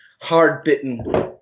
hard-bitten